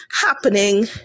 happening